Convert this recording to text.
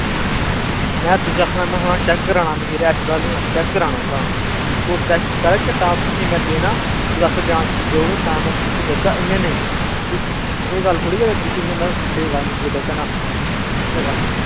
में तुसें आक्खै ना महां चैक्क कराना मखीर ऐसी गल्ल निं ऐ चैक्क कराना में तुस चैक्क करगे तां तुसें ई में देना तुस आखगे गारंटी देई ओड़ो तां देगा इ'यां नेईं एह् गल्ल थोह्ड़ी ऐ तुसें ई में बेकार मखीर देगा ना एह् गल्ल निं ऐ